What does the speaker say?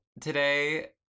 today